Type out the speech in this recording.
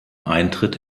eintritt